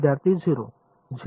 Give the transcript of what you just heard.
विद्यार्थी 0